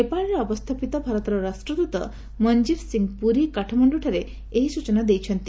ନେପାଳରେ ଅବସ୍ଥାପିତ ଭାରତର ରାଷ୍ଟ୍ରଦୂତ ମନ୍ଜିଭ ସିଂ ପୁରୀ କାଠମାଣ୍ଡୁଠାରେ ଏହି ସୂଚନା ଦେଇଛନ୍ତି